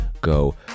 go